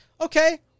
okay